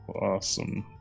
awesome